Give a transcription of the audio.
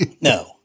No